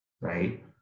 right